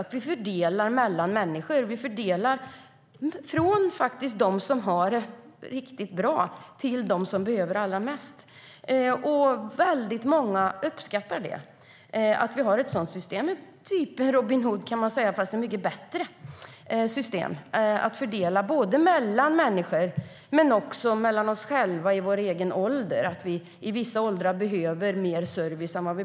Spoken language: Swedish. Vi fördelar mellan människor, från dem som har det riktigt bra till dem som behöver det allra mest. Väldigt många uppskattar att vi har ett sådant system. Det är som Robin Hood, kan man säga, fastän det är ett mycket bättre system att fördela mellan människor och mellan dem i vissa åldrar som behöver mer service.